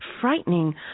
frightening